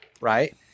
Right